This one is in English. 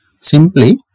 Simply